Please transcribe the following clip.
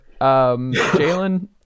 jalen